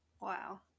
wow